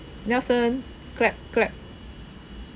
nelson grab grab